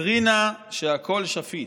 הדוקטרינה שהכול שפיט.